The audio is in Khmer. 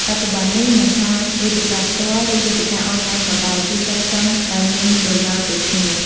បច្ចុប្បន្ននេះ មិនថាវេទិកាផ្ទាល់ ឬវេទិកាអនឡាញក៏ដោយ គឺសុទ្ធសឹងតែមានប្រយោជន៍ដូចគ្នា។